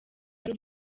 hari